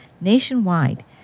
nationwide